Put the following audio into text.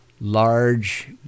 large